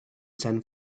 san